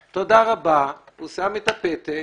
אנחנו רוצים אותו מעודכן,